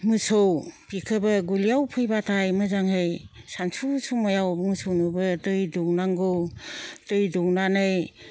मोसौ बेखौबो गलियाव फैबाथाय मोजांयै सानसु समायाव मोसौनोबो दै दौनांगौ दै दौनानै